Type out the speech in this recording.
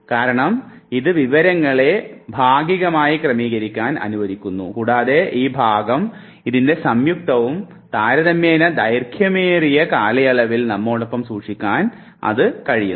കാരണം ഇത് വിവരങ്ങളെ ഭാഗങ്ങളായി ക്രമീകരിക്കാൻ അനുവദിക്കുന്നു കൂടാതെ ഈ ഭാഗം ഇതിൻറെ സംയുക്തവും താരതമ്യേന ദൈർഘ്യമേറിയ കാലയളവിൽ നമ്മോടൊപ്പം സൂക്ഷിക്കാൻ കഴിയുന്നു